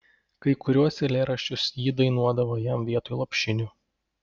kai kuriuos eilėraščius ji dainuodavo jam vietoj lopšinių